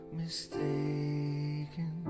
mistaken